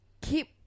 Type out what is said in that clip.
keep